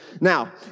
Now